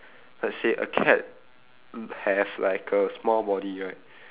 let's say a cat l~ have like a small body right